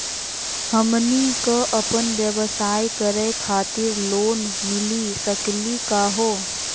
हमनी क अपन व्यवसाय करै खातिर लोन मिली सकली का हो?